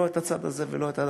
לא את הצד הזה ולא את זה,